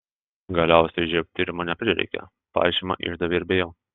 galiausiai živ tyrimo neprireikė pažymą išdavė ir be jo